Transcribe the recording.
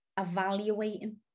evaluating